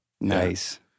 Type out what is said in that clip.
Nice